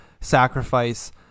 sacrifice